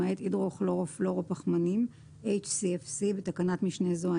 למעט הידרו-כלורו-פלואורו-פחמנים (HCFC) (בתקנת משנה זו,